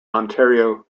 ontario